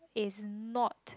is not